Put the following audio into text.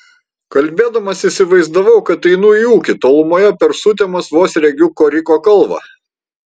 kalbėdamas įsivaizdavau kad einu į ūkį tolumoje per sutemas vos regiu koriko kalvą